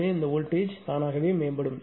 எனவே வோல்டேஜ்தானாகவே மேம்படும்